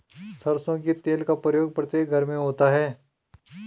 सरसों के तेल का प्रयोग प्रत्येक घर में होता है